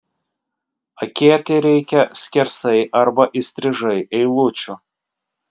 akėti reikia skersai arba įstrižai eilučių